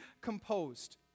composed